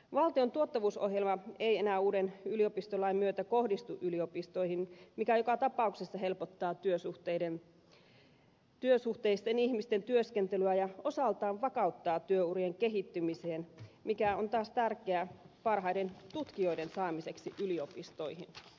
valtion tuottavuusohjelma ei enää uuden yliopistolain myötä kohdistu yliopistoihin mikä joka tapauksessa helpottaa työsuhteisten ihmisten työskentelyä ja osaltaan vakauttaa työurien kehittymisen mikä on taas tärkeää parhaiden tutkijoiden saamiseksi yliopistoihin